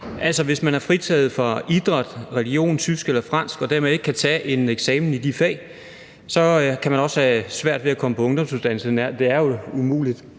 hvis man er fritaget for idræt, religion, tysk eller fransk, og dermed ikke kan tage en eksamen i de fag, så kan man også have svært ved at komme ind på ungdomsuddannelserne – det er jo umuligt